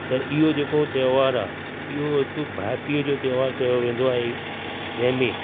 त इहो जेको त्योहार आहे इहो हिकु भाइ पीउ जो त्योहार चयो वेंदो आहे जंहिंमें